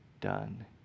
done